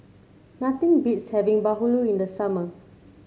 nothing beats having bahulu in the summer